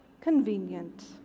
convenient